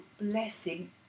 blessing